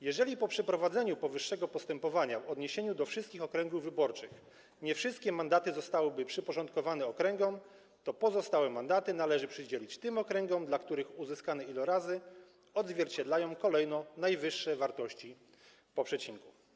Jeżeli po przeprowadzeniu powyższego postępowania w odniesieniu do wszystkich okręgów wyborczych nie wszystkie mandaty zostałyby przyporządkowane okręgom, to pozostałe mandaty należy przydzielić tym okręgom, dla których uzyskane ilorazy odzwierciedlają kolejno najwyższe wartości po przecinku.